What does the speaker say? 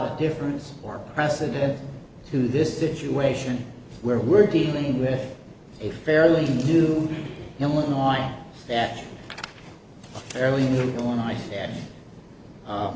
of difference for president to this situation where we're dealing with a fairly new illinois that early on i